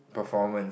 performance